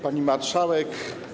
Pani Marszałek!